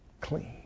clean